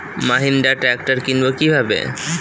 Mahindra tractor কিনবো কি ভাবে?